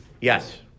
Yes